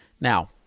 Now